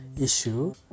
issue